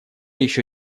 еще